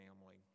family